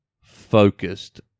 focused